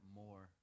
more